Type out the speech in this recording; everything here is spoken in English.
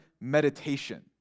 meditation